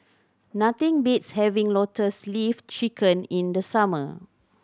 nothing beats having Lotus Leaf Chicken in the summer